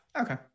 Okay